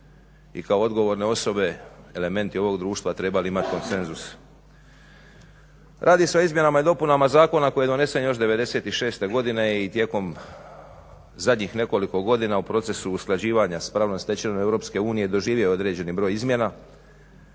i kao odgovorne osobe elementi ovog društva trebali imati konsenzus. Radi se o izmjenama i dopunama zakona koji je donesen još '96. godine i tijekom zadnjih nekoliko godina u procesu usklađivanja s pravnom stečevinom EU doživio je određeni broj izmjena.